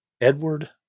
Edward